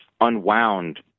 unwound